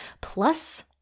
plus